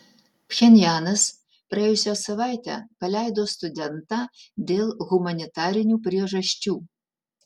pchenjanas praėjusią savaitę paleido studentą dėl humanitarinių priežasčių